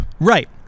Right